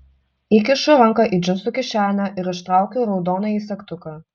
įkišu ranką į džinsų kišenę ir ištraukiu raudonąjį segtuką